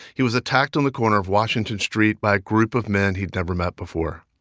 he was attacked on the corner of washington street by a group of men he'd never met before.